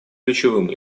ключевым